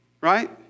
right